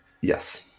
Yes